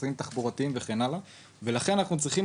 חסמים של תחבורה וכן הלאה ולכן אנחנו צריכים